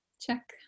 check